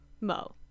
Mo